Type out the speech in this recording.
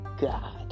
God